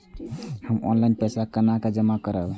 हम ऑनलाइन पैसा केना जमा करब?